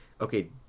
okay